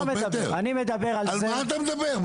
לא, אני מדבר על --- על מה אתה מדבר?